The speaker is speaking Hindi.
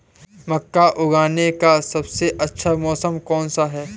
मक्का उगाने का सबसे अच्छा मौसम कौनसा है?